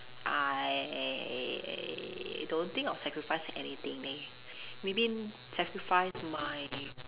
I don't think I'll sacrifice anything leh maybe sacrifice my